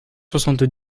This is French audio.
soixante